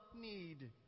need